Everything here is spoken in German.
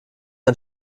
ein